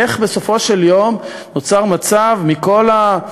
איך בסופו של יום נוצר מצב כזה?